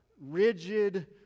rigid